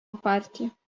partija